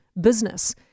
business